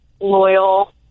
loyal